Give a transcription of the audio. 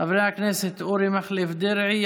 חברי הכנסת אריה מכלוף דרעי,